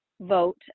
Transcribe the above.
vote